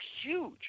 huge